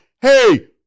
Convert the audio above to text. Hey